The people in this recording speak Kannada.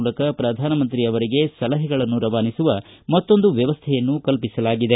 ಮೂಲಕ ಪ್ರಧಾನಮಂತ್ರಿ ಅವರಿಗೆ ಸಲಹೆಗಳನ್ನು ರವಾನಿಸುವ ಮತ್ತೊಂದು ವ್ಯವಸ್ಥೆಯನ್ನು ಕಲ್ಪಿಸಲಾಗಿದೆ